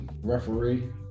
referee